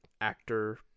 actor